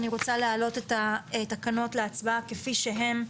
אני רוצה להעלות את התקנות להצבעה כפי שהן.